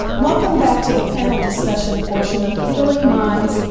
welcome back to the panel discussion portion of healing minds,